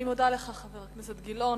אני מודה לך, חבר הכנסת גילאון.